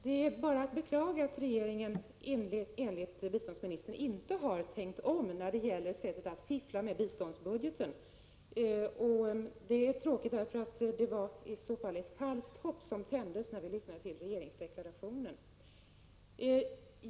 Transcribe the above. Herr talman! Det är bara att beklaga att regeringen enligt biståndsministern inte har tänkt om när det gäller sättet att fiffla med biståndsbudgeten. Det är tråkigt — det var i så fall ett falskt hopp som tändes när vi lyssnade till regeringsdeklarationen.